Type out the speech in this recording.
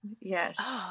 Yes